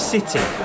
City